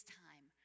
time